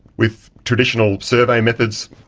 with traditional survey methods,